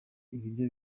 ibiryo